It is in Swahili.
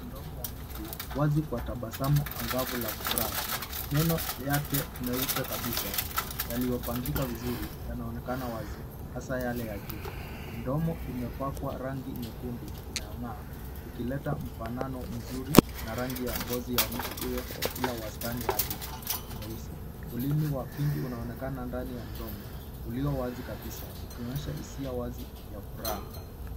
Mdomo wa mtu, wazi kwa tabasamu angavu la furaha. Meno yake meupe kabisa yaliyo pangika vizuri yanaonekana wazi, hasaa yale ya juu. Mdomo imepakwa rangi nyekundu inayong'aa ikileta mfanano mzuri na rangi ya ngozi ya mtu huyo ila wastani hadi nyeusi. Ulimi wa pinki unaonekana ndani ya mdomo ulio wazi kabisa ikionyesha hisia wazi ya furaha.